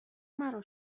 مرا